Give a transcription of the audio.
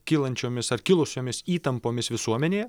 kylančiomis ar kilusiomis įtampomis visuomenėje